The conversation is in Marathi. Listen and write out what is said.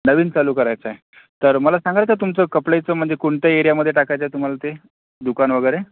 नवीन चालू करायचा आहे तर मला सांगाल का तुमचं कपड्याचं म्हणजे कोणत्या एरियामध्ये टाकायचं आहे तुम्हाला ते दुकान वगैरे